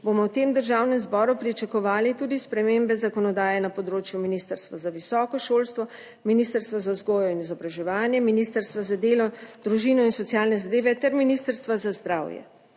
bomo v Državnem zboru pričakovali tudi spremembe zakonodaje na področju Ministrstva za visoko šolstvo, Ministrstva za vzgojo in izobraževanje, Ministrstva za delo, družino in socialne zadeve ter Ministrstva za zdravje.